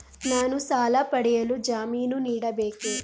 ನಾನು ಸಾಲ ಪಡೆಯಲು ಜಾಮೀನು ನೀಡಬೇಕೇ?